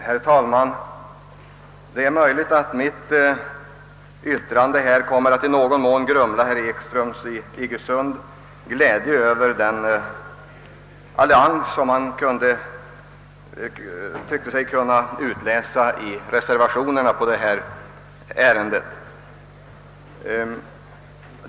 Herr talman! Det är möjligt att mitt yttrande i någon mån kommer att grumla herrar Ekströms i Iggesund och Lindahls glädje över de nya allianser de tyckte sig kunna utläsa ur reservationerna i detta ärende.